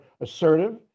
assertive